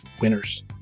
winners